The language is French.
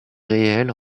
réel